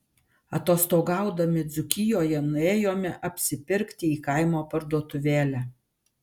atostogaudami dzūkijoje nuėjome apsipirkti į kaimo parduotuvėlę